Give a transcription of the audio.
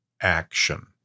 action